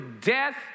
death